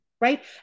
right